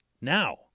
now